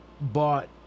bought